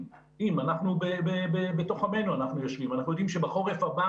אבל בתוך עמנו אנחנו יושבים ואנחנו יודעים שבחורף הבא